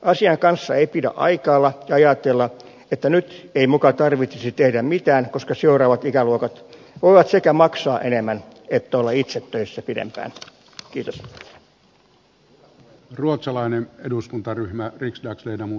asian kanssa ei pidä aikailla ja ajatella että nyt ei muka tarvitsisi tehdä mitään koska seuraavat ikäluokat voivat sekä maksaa enemmän että olla itse töissä pidempään